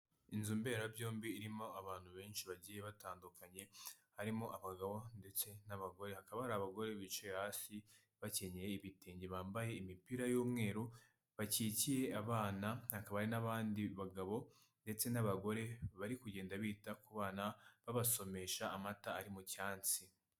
Inzu mberabyombi irimo abantu benshi bagiye batandukanye harimo abagabo ndetse n'abagore hakaba harimo abagore bicaye hasi bakenyeye ibitenge bambaye imipira y'umweru bakikiye abana hakaba n'abandi bagabo ndetse n'abagore bari kugenda bita ku bana babasomesha amata ari mu cyatsi.